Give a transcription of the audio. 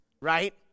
right